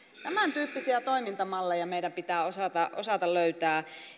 tämäntyyppisiä toimintamalleja meidän pitää osata osata löytää